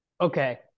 okay